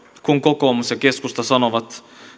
kun kokoomus ja keskusta sanovat